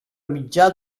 mitjà